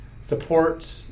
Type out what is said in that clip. support